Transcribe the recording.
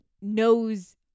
knows